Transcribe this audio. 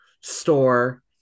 store